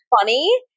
funny